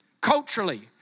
culturally